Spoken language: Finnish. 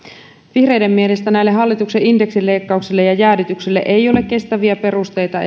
vihreiden mielestä näille hallituksen indeksileikkauksille ja jäädytyksille ei ole kestäviä perusteita